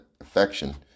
affection